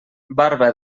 barba